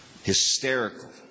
Hysterical